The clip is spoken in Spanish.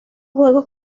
juegos